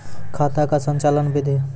खाता का संचालन बिधि?